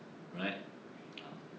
right uh